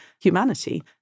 humanity